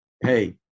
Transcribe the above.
hey